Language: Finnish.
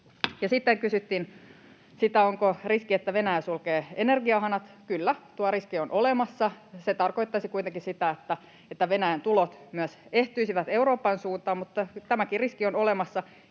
sitten kysyttiin sitä, onko riski, että Venäjä sulkee energiahanat. Kyllä, tuo riski on olemassa. Se tarkoittaisi kuitenkin sitä, että Venäjän tulot myös ehtyisivät Euroopan suuntaan, mutta tämäkin riski on olemassa.